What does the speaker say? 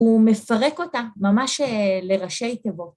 ‫הוא מפרק אותה ממש לראשי תיבות.